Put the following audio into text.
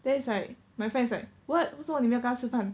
then it's like my friends like what 为什么你没有跟他吃饭